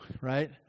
right